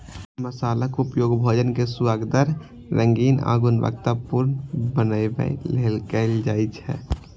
मसालाक उपयोग भोजन कें सुअदगर, रंगीन आ गुणवतत्तापूर्ण बनबै लेल कैल जाइ छै